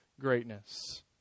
greatness